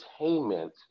entertainment